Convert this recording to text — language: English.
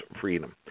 freedom